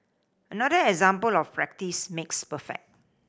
another example of practice makes perfect